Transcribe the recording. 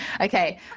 okay